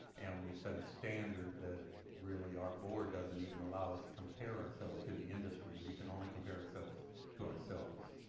and we set a standard that really our board doesn't even allow us to compare ourselves to the industry. we can only compare ourselves to ourselves.